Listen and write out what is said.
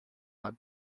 had